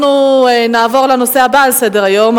אנחנו נעבור לנושא הבא על סדר-היום: